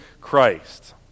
Christ